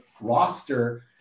roster